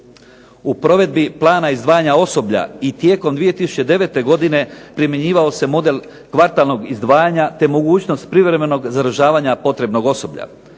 U provedbi plana izdvajanja osoblja i tijekom 2009. godine primjenjivao se model kvartalnog izdvajanja, te mogućnost privremenog zadržavanja potrebnog osoblja.